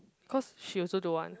cause she also don't want